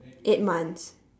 eight months